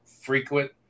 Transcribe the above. frequent